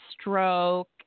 stroke